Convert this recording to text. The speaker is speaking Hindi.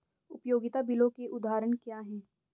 उपयोगिता बिलों के उदाहरण क्या हैं?